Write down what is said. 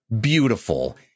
beautiful